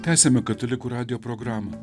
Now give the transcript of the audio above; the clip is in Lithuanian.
tęsiame katalikų radijo programą